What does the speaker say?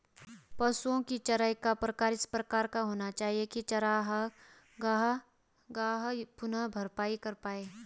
पशुओ की चराई का प्रकार इस प्रकार होना चाहिए की चरागाह पुनः भरपाई कर पाए